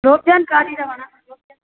रोप्यान् खादितवान् रोप्यान्